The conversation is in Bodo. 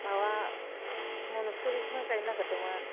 माबा मनशरिखौनो गायनो नागेरदोंमोन